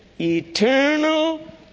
Eternal